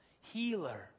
healer